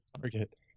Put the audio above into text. target